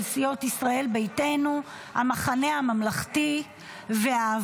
של סיעות ישראל ביתנו, המחנה הממלכתי והעבודה.